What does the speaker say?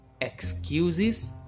excuses